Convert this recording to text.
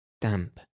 damp